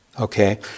Okay